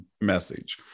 message